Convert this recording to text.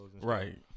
Right